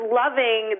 loving